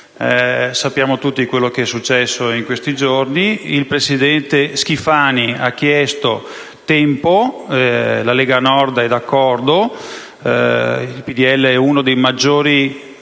Sappiamo tutti quello che è successo in questi giorni. Il presidente Schifani ha chiesto tempo e la Lega Nord è d'accordo. Il PdL è uno dei maggiori